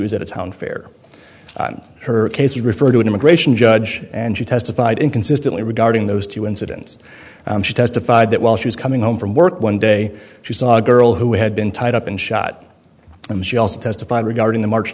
was at a town fair on her case you refer to an immigration judge and she testified inconsistently regarding those two incidents she testified that while she was coming home from work one day she saw a girl who had been tied up and shot him she also testified regarding the march